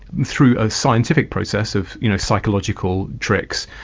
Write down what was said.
through a scientific process of you know psychological tricks,